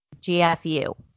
GFU